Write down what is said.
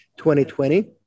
2020